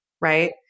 right